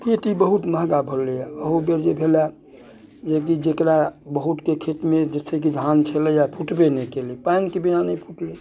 खेती बहुत महँगा भऽ गेलैए अहू बेर जे भेलए जेकि जकरा बहुतके खेतमे जे छै कि धान छलै हे फुटबे नहि केलै पानिके बिना नहि फुटलै